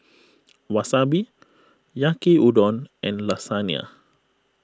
Wasabi Yaki Udon and Lasagna